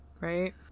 Right